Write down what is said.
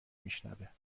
میشنوه